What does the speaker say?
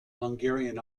hungarian